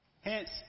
Hence